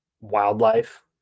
wildlife